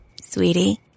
Sweetie